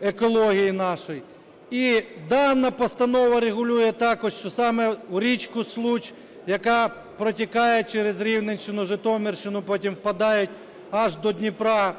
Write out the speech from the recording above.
екології нашій. І дана постанова регулює також, що саме в річку Случ, яка протікає через Рівненщину, Житомирщину, потім впадає аж до Дніпра,